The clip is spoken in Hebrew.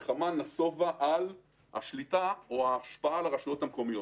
שנסובה על השליטה או על ההשפעה על הרשויות המקומיות.